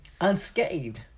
unscathed